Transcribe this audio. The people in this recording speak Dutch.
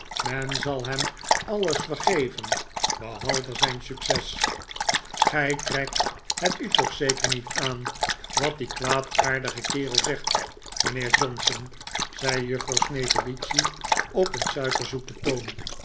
men zal hem alles vergeven behalve zijn succes gij trekt het u toch zeker niet aan wat die kwaadaardige kerel zegt mijnheer johnson zei juffrouw snevellicci op een suikerzoeten toon